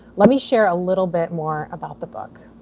let me share a little bit more about the book.